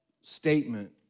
statement